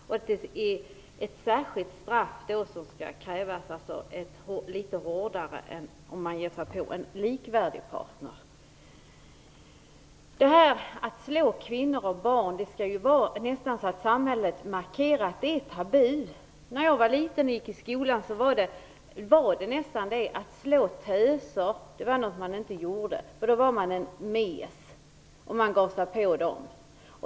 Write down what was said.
Det skall då krävas ett särskilt straff, som är hårdare än för den som ger sig på en likvärdig partner. Det skall nästan vara så att samhället markerar att det är tabu att slå kvinnor och barn. När jag var liten och gick i skolan slog man inte töser - man var en mes om man gav sig på dem.